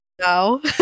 no